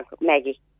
Maggie